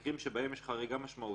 במקרים שבהם יש חריגה משמעותית,